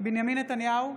בנימין נתניהו,